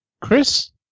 Chris